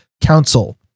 council